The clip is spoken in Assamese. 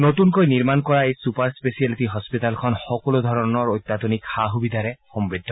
নতুনকৈ নিৰ্মণ কৰা এই ছুপাৰ স্পেছিয়েলিটি হস্পিতালখন সকলো ধৰণৰ অত্যাধুনিক সা সুবিধাৰে সমৃদ্ধ